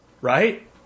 right